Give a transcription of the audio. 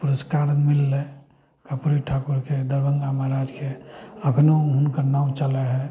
पुरस्कार मिललइ कर्पूरी ठाकुरके दरभंगा महाराज के अखनो हुनकर नाम चलय हइ